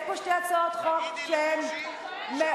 יש פה שתי הצעות חוק שהן מאוחדות.